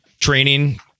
training